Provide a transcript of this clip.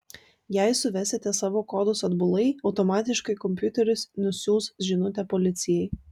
jei suvesite savo kodus atbulai automatiškai kompiuteris nusiųs žinutę policijai